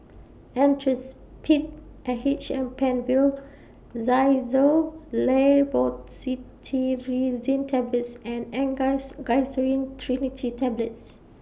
Actrapid and H M PenFill Xyzal Levocetirizine Tablets and Angised Glyceryl Trinitrate Tablets